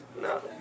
No